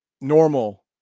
normal